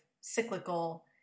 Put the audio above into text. cyclical